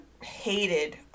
hated